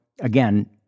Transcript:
Again